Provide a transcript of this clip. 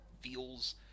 feels